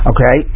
Okay